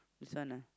this one ah